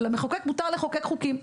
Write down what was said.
ולמחוקק מותר לחוקק חוקים.